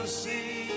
see